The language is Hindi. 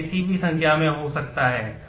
यह किसी भी संख्या में हो सकता है